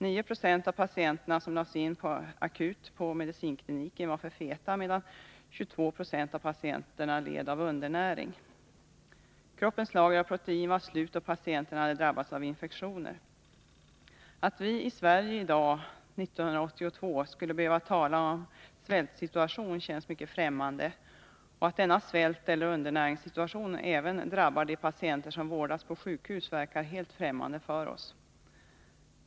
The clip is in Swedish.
9 96 av patienterna som lades in akut på medicinkliniken var för feta, medan 22 26 av patienterna led av undernäring. Kroppens lager av protein var slut och patienterna hade drabbats av infektioner. Att vi i Sverige nu, 1982, skulle behöva tala om en svältsituation känns mycket främmande, och att denna svälteller undernäringssituation även drabbar de patienter som vårdas på sjukhus verkar helt ffträmmande för oss.